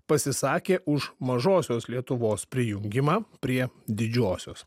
pasisakė už mažosios lietuvos prijungimą prie didžiosios